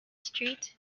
street